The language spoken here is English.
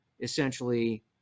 essentially